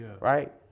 Right